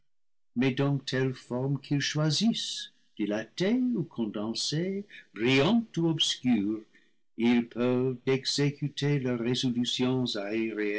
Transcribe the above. mais dans telle forme qu'ils choisissent dilatée ou condensée brillante ou obscure ils peuvent exécuter leurs résolutions